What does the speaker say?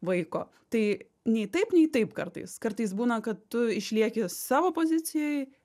vaiko tai nei taip nei taip kartais kartais būna kad tu išlieki savo pozicijoj